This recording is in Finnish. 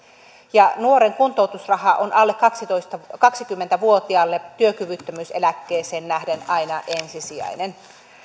ja nuoren kuntoutusraha on alle kaksikymmentä vuotiaalle työkyvyttömyyseläkkeeseen nähden aina ensisijainen